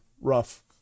rough